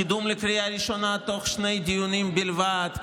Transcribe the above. קידום לקריאה ראשונה תוך שני דיונים בלבד,